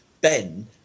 Ben